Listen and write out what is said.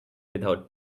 without